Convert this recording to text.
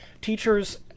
teachers